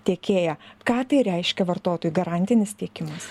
tiekėją ką tai reiškia vartotojui garantinis tiekimas